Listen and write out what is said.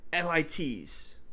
l-i-t's